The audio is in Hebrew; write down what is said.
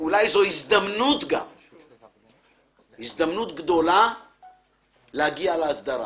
ואולי זו הזדמנות גדולה להגיע להסדרה.